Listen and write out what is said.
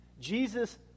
Jesus